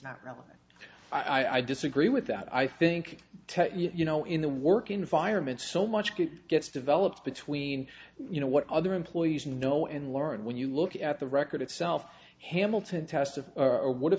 relevant i disagree with that i think you know in the work environment so much good gets developed between you know what other employees know and learned when you look at the record itself hamilton test of our what have